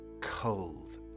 cold